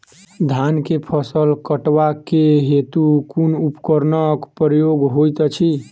धान केँ फसल कटवा केँ हेतु कुन उपकरणक प्रयोग होइत अछि?